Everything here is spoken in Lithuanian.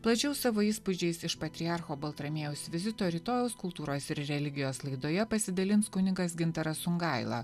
plačiau savo įspūdžiais iš patriarcho baltramiejaus vizito rytojaus kultūros ir religijos laidoje pasidalins kunigas gintaras songaila